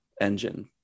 engine